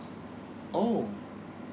oh